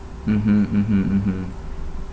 mmhmm mmhmm mmhmm